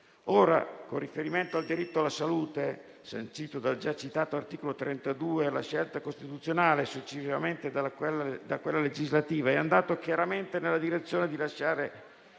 Con riferimento al diritto alla salute, sancito dal già citato articolo 32, dalla scelta costituzionale e successivamente da quella legislativa, si è andati chiaramente nella direzione di lasciare